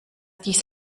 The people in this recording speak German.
dies